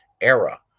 era